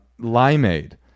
limeade